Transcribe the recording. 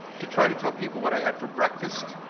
to try to tell people what i had for breakfast?